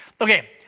Okay